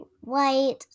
white